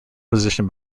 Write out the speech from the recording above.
position